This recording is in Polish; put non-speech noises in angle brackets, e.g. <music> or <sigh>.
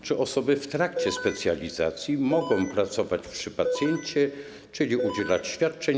Czy osoby w trakcie <noise> specjalizacji mogą pracować przy pacjencie, czyli udzielać świadczeń?